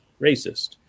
racist